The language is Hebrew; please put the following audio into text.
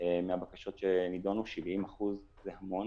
מהבקשות שנידונו 70% זה המון